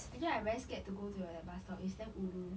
actually I very scared to go to your that bus stop it's damn ulu